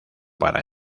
para